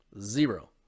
Zero